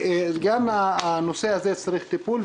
גם הנושא הזה דורש טיפול.